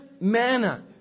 manna